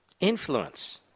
Influence